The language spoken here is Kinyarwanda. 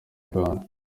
rwanda